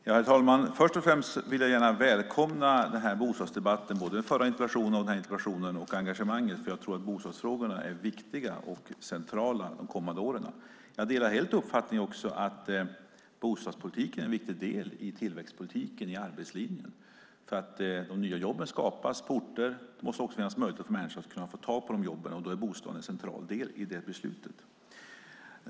Herr talman! Först och främst vill jag välkomna bostadsdebatten med anledningen av både den förra interpellationen och den här interpellationen och engagemanget. Jag tror att bostadsfrågorna är viktiga och centrala de kommanden åren. Jag delar helt uppfattningen att bostadspolitiken är en viktig del i tillväxtpolitiken och arbetslinjen. När de nya jobben skapas på orter måste det också finnas möjligheter för människor att ta de jobben, och då är bostaden en central del i det beslutet.